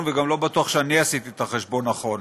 וגם לא בטוח שאני עשיתי את החשבון נכון.